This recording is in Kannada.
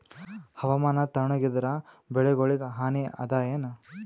ಹವಾಮಾನ ತಣುಗ ಇದರ ಬೆಳೆಗೊಳಿಗ ಹಾನಿ ಅದಾಯೇನ?